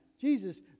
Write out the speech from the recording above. Jesus